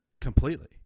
completely